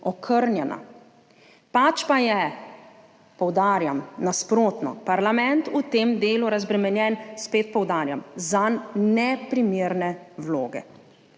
okrnjena, pač pa je, poudarjam, nasprotno parlament v tem delu razbremenjen, spet poudarjam, zanj neprimerne vloge.